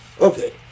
Okay